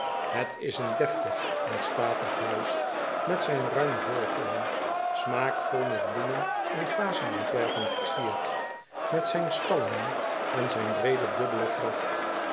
et is een deftig en statig huis met zijn ruim voorplein smaakvol met bloemen in vazen en perken versierd met zijn stallingen en zijn breede dubbele gracht